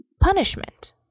punishment